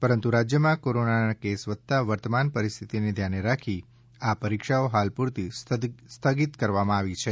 પરંતુ રાજ્યમાં કોરોનાના કેસ વધતાં વર્તમાન પરિસ્થિતિને ધ્યાને રાખી આ પરીક્ષાઓ હાલ પુરતી સ્થગિત કરવામાં આવી છે